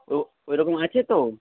ও ওইরকম আছে তো